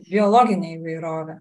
biologinė įvairovė